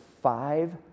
five